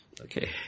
okay